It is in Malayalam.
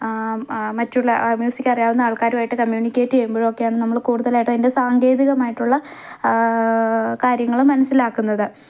മറ്റുള്ള മ്യൂസിക് അറിയാവുന്ന ആൾക്കാരുമായിട്ട് കമ്മ്യൂണിക്കേറ്റ് ചെയ്യുമ്പോഴുമൊക്കെയാണ് നമ്മള് കൂടുതലായിട്ടതിന്റെ സാങ്കേതികമായിട്ടുള്ള കാര്യങ്ങള് മനസ്സിലാക്കുന്നത്